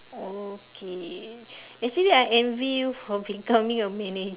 okay actually I envy you for becoming a manager